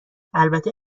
البته